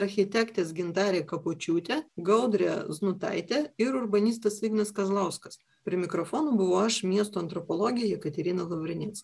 architektės gintarė kapočiūtė gaudrė znutaitė ir urbanistas ignas kazlauskas prie mikrofono buvau aš miesto antropologė jekaterina lavrinėc